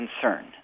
concern